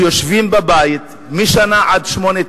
שיושבים בבית משנה עד שמונה,